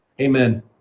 Amen